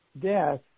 death